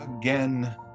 again